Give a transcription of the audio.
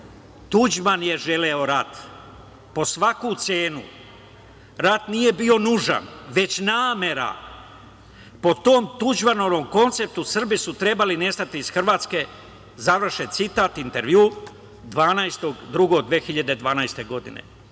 „Tuđman je želeo rat po svaku cenu. Rat nije bio nužan, već namera. Po tom Tuđmanovom konceptu Srbi su trebali nestati iz Hrvatske“, završen citat 12.2.2012.